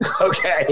Okay